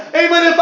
amen